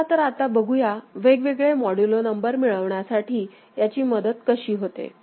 चला तर आता बघूया वेगवेगळे मॉड्यूलो नंबर मिळवण्यासाठी याची मदत कशी होते